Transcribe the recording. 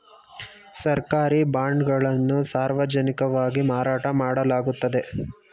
ಸರ್ಕಾರಿ ಬಾಂಡ್ ಗಳನ್ನು ಸಾರ್ವಜನಿಕವಾಗಿ ಮಾರಾಟ ಮಾಡಲಾಗುತ್ತದೆ